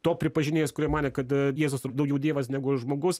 to pripažinėjas kurie manė kad jėzus daugiau dievas negu žmogus